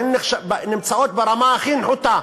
הן נמצאות ברמה הכי נחותה.